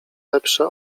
lepsze